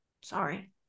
Sorry